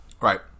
Right